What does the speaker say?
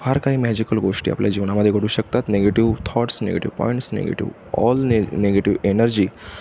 फार काही मॅजिकल गोष्टी आपल्या जीवनामध्ये घडू शकतात negative thoughts negative points negative all नि नेगेटिव एनर्जी